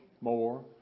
more